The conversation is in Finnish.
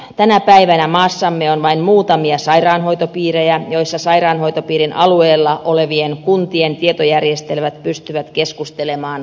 tänä päivänä maassamme on vain muutamia sairaanhoitopiirejä joissa sairaanhoitopiirin alueella olevien kuntien tietojärjestelmät pystyvät keskustelemaan keskenään